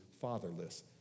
fatherless